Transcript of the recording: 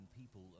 people